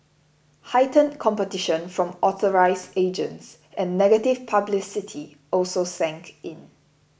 heightened competition from authorised agents and negative publicity also sank in